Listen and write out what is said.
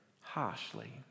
harshly